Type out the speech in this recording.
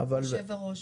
סליחה היושב-ראש.